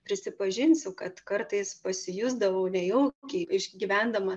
prisipažinsiu kad kartais pasijusdavau nejaukiai išgyvendama